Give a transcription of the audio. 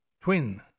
twin